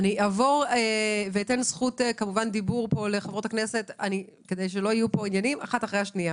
אני אתן כמובן זכות לחברות הכנסת אחת אחרי השנייה.